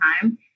time